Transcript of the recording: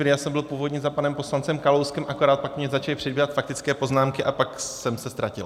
Já jsem byl původně za panem poslancem Kalouskem, akorát pak mě začaly předbíhat faktické poznámky a pak jsem se ztratil.